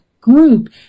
group